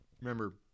remember